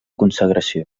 consagració